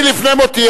כי אני לפני מותי,